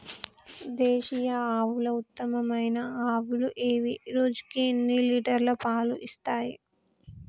దేశీయ ఆవుల ఉత్తమమైన ఆవులు ఏవి? రోజుకు ఎన్ని లీటర్ల పాలు ఇస్తాయి?